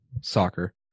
soccer